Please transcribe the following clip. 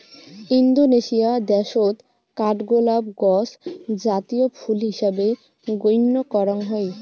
Indonesia দ্যাশত কাঠগোলাপ গছ জাতীয় ফুল হিসাবে গইণ্য করাং হই